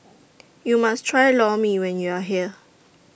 YOU must Try Lor Mee when YOU Are here